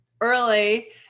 early